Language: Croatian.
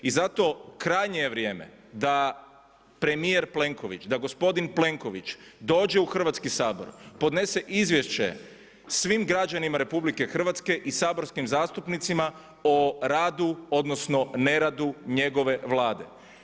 I zato krajnje je vrijeme da premijer Plenković, da gospodin Plenković dođe u Hrvatski sabor, podnese izvješće svim građanima RH i saborskim zastupnicima o radu, odnosno ne radu njegove Vlade.